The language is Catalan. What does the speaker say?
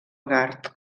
gard